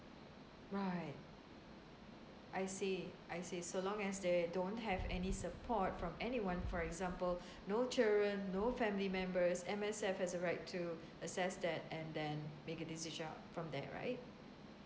right I see I see so long as they don't have any support from anyone for example no children no family members M_S_F has a right to assess that and then make a decision uh from there right